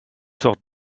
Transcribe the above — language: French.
sortes